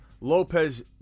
Lopez